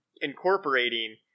incorporating